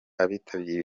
abitabiriye